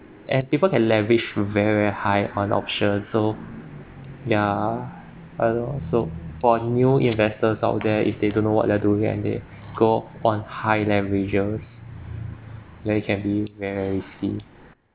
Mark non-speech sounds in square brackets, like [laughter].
[breath] go on high leverages ya it can be very risky